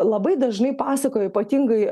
labai dažnai pasakoja ypatingai